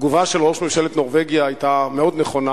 התגובה של ראש ממשלת נורבגיה היתה מאוד נכונה,